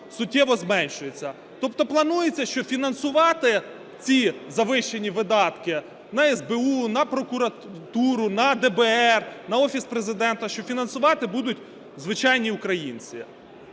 суттєво зменшується. Тобто планується, що фінансувати ці завищені видатки: на СБУ, на прокуратуру, на ДБР, на Офіс Президента, що фінансувати будуть звичайні українці.